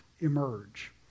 emerge